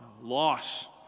loss